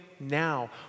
Now